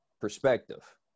Perspective